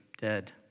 dead